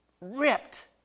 ripped